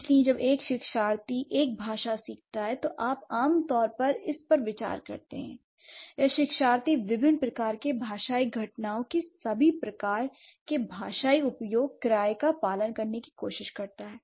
इसलिए जब एक शिक्षार्थी एक भाषा सीखता है तो आप आम तौर पर इस पर विचार करते हैं l या शिक्षार्थी विभिन्न प्रकार के भाषाई घटनाओं के सभी प्रकार के भाषाई उपयोग किराए का पालन करने की कोशिश करता है